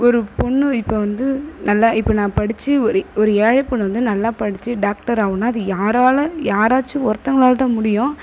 ஒரு பொண்ணு இப்போ வந்து நல்லா இப்போ நான் படித்து ஒரு ஏழைப் பொண்ணு வந்து நல்லாப் படித்து டாக்டர் ஆகினா அது யாரால் யாராச்சும் ஒருத்தவங்களால்தான் முடியும்